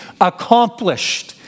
Accomplished